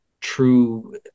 true